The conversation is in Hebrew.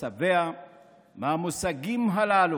שבע מהמושגים הללו,